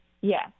Yes